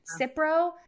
Cipro